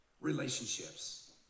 relationships